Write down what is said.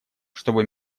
чтобы